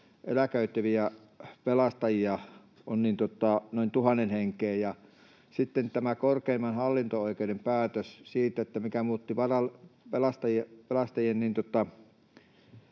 eläköityviä pelastajia on noin tuhannen henkeä. Sitten tämä korkeimman hallinto-oikeuden päätös, mikä muutti pelastajien